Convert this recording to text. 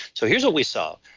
so here's what we saw.